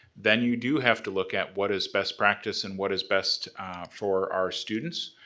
then you do have to look at what is best practice and what is best for our students.